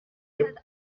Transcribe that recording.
gibt